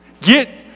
Get